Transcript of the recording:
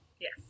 Yes